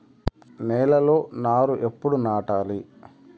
నేలలో నారు ఎప్పుడు నాటాలి?